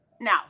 Now